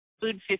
Food